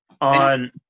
on